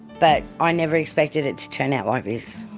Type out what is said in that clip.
but i never expected it to turn out like this.